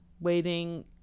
waiting